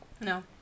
No